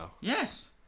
Yes